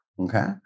Okay